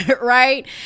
right